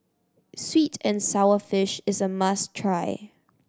sweet and sour fish is a must try